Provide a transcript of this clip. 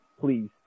please